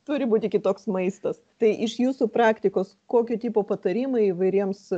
turi būti kitoks maistas tai iš jūsų praktikos kokio tipo patarimai įvairiems